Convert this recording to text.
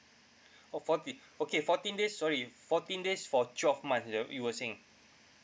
oh forty okay fourteen days sorry fourteen days for twelve months you were saying